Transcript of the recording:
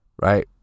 Right